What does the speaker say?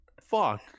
fuck